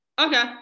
Okay